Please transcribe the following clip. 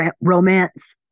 romance